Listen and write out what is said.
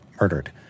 murdered